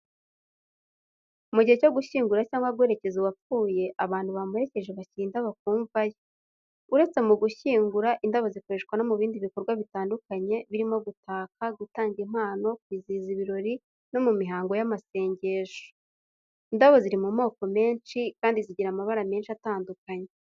Mu gihe cyo gushyingura cyangwa guherekeza uwapfuye, abantu bamuherekeje bashyira indabo ku mva ye. Uretse mu gushyingura, indabo zikoreshwa no mu bindi bikorwa bitandukanye birimo gutaka, gutanga impano, kwizihiza ibirori, no mu mihango y'amasengesho. Indabo ziri mu moko menshi kandi zigira amabara menshi atandukanye.